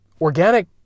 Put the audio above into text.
organic